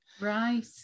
Right